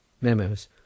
MEMOS